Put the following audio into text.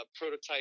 prototype